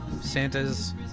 Santa's